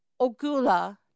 Ogula